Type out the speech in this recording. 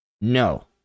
No